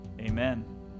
amen